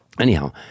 Anyhow